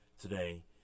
today